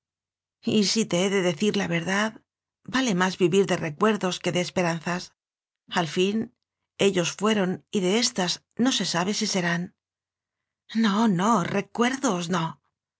cállate y si te he de decir la verdad vale más vivir de recuerdos que de esperanzas al fin ellos fueron y de éstas no se sabe si serán no no recuerdos no